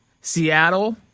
Seattle